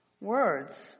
Words